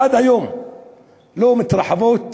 עד היום הם לא מתרחבים,